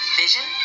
vision